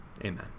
Amen